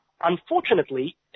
Unfortunately